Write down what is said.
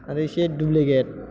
आरो इसे डुब्लिकेट